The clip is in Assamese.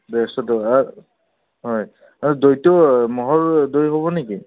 ডেৰশ টকা হয় দৈটো মহল দৈ হ'ব নেকি